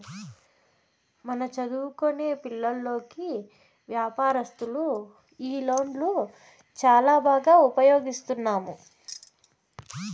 మన చదువుకొనే పిల్లోల్లకి వ్యాపారస్తులు ఈ లోన్లు చాలా బాగా ఉపయోగిస్తున్నాము